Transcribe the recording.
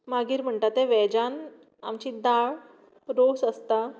मागीर म्हणटा तें वेजान आमची दाळ रोस आसता